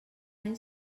any